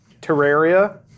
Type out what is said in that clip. Terraria